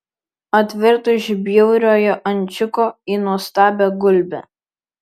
atvirto iš bjauriojo ančiuko į nuostabią gulbę